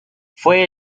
fue